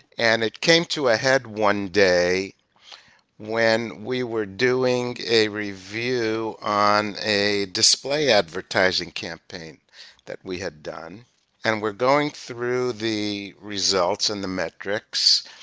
and it came to a head one day when we were doing a review on a display advertising campaign that we had done and we're going through the results and the metrics,